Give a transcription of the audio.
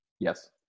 Yes